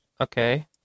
Okay